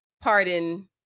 pardon